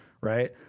right